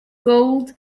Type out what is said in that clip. gold